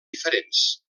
diferents